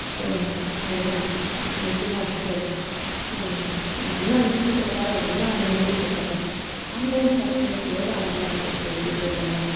so Prema ನೀವು ಕೂಡ ಅಷ್ಟೇ ನನ್ನ ಅನಿಸಿಕೆ ಪ್ರಕಾರ ನನ್ನ ಅನುಭವದ ಪ್ರಕಾರ ಆನ್ಲೈನ್ ಶಾಪಿಂಗ್ ಬೇಡ ಅಂತ ಅನ್ಸುತ್ತೆ ಈ ಇದರಲ್ಲೆಲ್ಲ